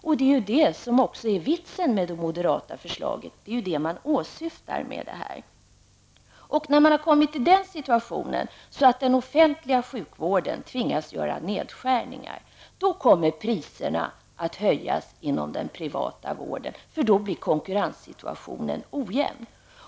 Och det är ju det som man åsyftar med det moderata förslaget. När man har kommit i den situationen att den offentliga sjukvården tvingas göra nedskärningar, då kommer priserna att höjas inom den privata vården, för då blir konkurrenssituationen ojämn.